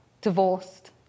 divorced